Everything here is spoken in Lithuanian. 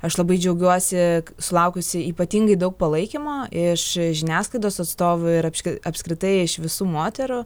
aš labai džiaugiuosi sulaukusi ypatingai daug palaikymo iš žiniasklaidos atstovų ir apskritai iš visų moterų